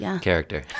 character